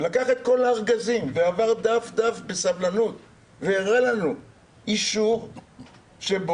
לקח את כל הארגזים ועבר דף-דף בסבלנות והראה לנו אישור שבו